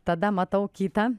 tada matau kitą